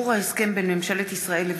שיתוף פעולה